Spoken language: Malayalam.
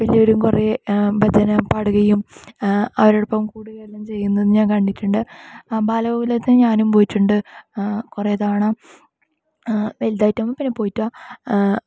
വലിയവരും കുറേ ഭജന പാടുകയും അവരോടൊപ്പം കൂടുകയും എല്ലാം ചെയ്യുന്നത് ഞാൻ കണ്ടിട്ടുണ്ട് ബാലഗോകുലത്തിന് ഞാനും പോയിട്ടുണ്ട് കുറേ തവണ ആഹ് വലുതായിട്ടും പിന്നെ പോയിട്ടില്ല